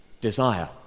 desire